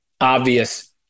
obvious